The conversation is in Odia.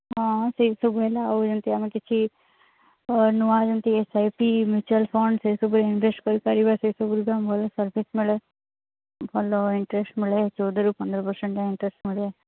ହଁ ସେଇ ସବୁ ହେଲା ଆଉ ଏମିତି ଆମେ କିଛି ନୂଆ ଯେମିତି S I P mutual fund ସେଇ ସବୁ ଇନ୍ଭେଷ୍ଟ୍ କରିପାରିବା ସେଇ ସବୁରେ ବି ଆମେ ଭଲ ସର୍ଭିସ୍ ମିଳେ ଭଲ ଇଂଟରେଷ୍ଟ୍ ମିଳେ ଚଉଦରୁ ପନ୍ଦର ପର୍ସେଣ୍ଟ୍ର ଇଂଟରେଷ୍ଟ୍ ମିଳେ